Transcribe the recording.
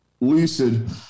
lucid